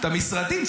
את המשרדים.